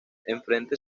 enfrente